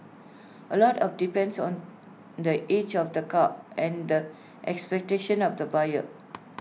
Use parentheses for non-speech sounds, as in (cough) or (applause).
A lot depends on the age of the car and the expectations of the buyer (noise)